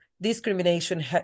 Discrimination